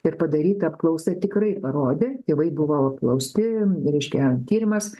ir padaryta apklausa tikrai parodė tėvai buvo apklausti reiškia tyrimas